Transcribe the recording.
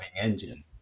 engine